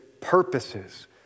purposes